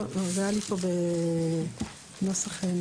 לא, זה היה לי פה בנוסח משולב.